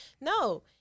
No